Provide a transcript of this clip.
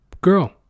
girl